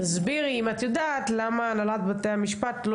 תסבירי אם את יודעת למה הנהלת בתי המשפט לא